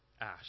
Ash